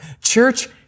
Church